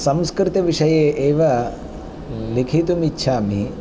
संस्कृतविषये एव लेखितुम् इच्छामि